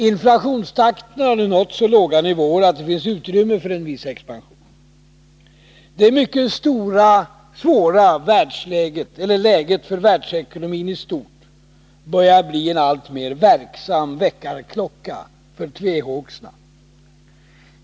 Inflationstakten har nu nått så låga nivåer att det finns utrymme för en viss expansion. Det mycket svåra läget för världsekonomin i stort börjar bli en alltmer verksam väckarklocka för tvehågsna.